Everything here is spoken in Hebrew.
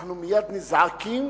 אנחנו מייד נזעקים,